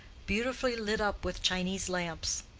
beautifully lit up with chinese lamps.